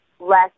less